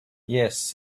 yet